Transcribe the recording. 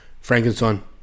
Frankenstein